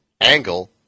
Angle